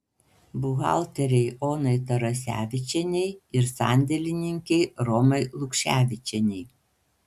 buhalterei onai tarasevičienei ir sandėlininkei romai lukševičienei